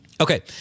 Okay